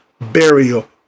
burial